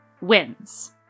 wins